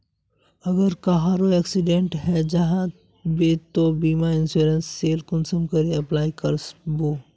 अगर कहारो एक्सीडेंट है जाहा बे तो बीमा इंश्योरेंस सेल कुंसम करे अप्लाई कर बो?